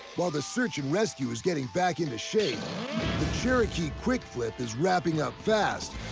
while the search and rescue is getting back into shape. the cherokee quick flip is wrapping up fast.